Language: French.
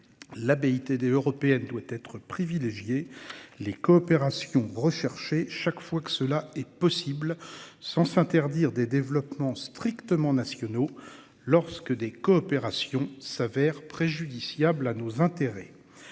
L'BIT D européenne doit être privilégié les coopérations rechercher chaque fois que cela est possible sans s'interdire des développements strictement nationaux lorsque des coopérations s'avère préjudiciable à nos intérêts.